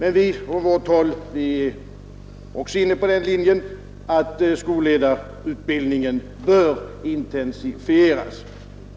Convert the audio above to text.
Vi är på vårt håll också inne på den linjen att skolledarutbildningen bör intensifieras.